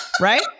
right